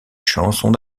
chansons